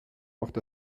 macht